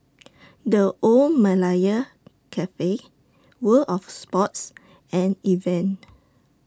The Old Malaya Cafe World of Sports and Evian